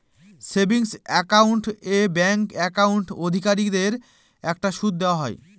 savings account এ bank account অধিকারীদের একটা সুদ দেওয়া হয়